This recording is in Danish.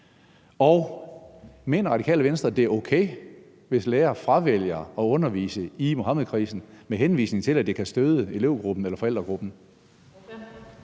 Og mener Radikale Venstre, at det er okay, hvis lærere fravælger at undervise i Muhammedkrisen med henvisning til, at det kan støde elevgruppen eller forældregruppen?